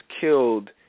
killed